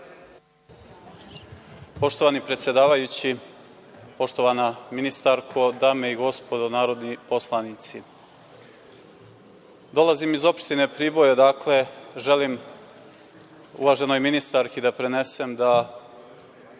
Poštovani predsedavajući, poštovana ministarko, dame i gospodo narodni poslanici, dolazim iz opštine Priboj odakle želim uvaženoj ministarki da prenesem da